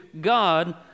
God